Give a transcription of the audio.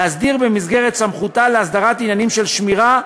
להסדיר במסגרת סמכותה להסדרת עניינים של שמירה,